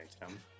tim